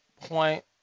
point